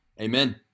amen